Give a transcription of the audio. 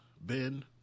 Ben